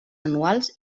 anuals